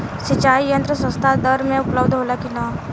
सिंचाई यंत्र सस्ता दर में उपलब्ध होला कि न?